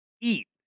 eat